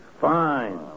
Fine